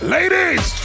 Ladies